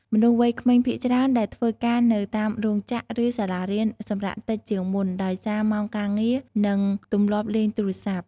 មនុស្សវ័យក្មេងភាគច្រើនដែលធ្វើការនៅតាមរោងចក្រ ឬ សាលារៀនសម្រាកតិចជាងមុនដោយសារម៉ោងការងារ និងទម្លាប់លេងទូរស័ព្ទ។